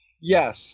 Yes